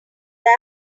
that